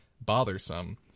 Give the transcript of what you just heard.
Bothersome